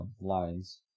lines